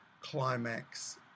climax